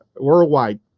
worldwide